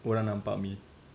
orang nampak me